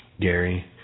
Gary